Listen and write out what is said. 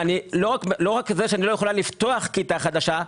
לא רק זה שאני לא יכולה לפתוח כיתה חדשה,